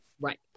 Right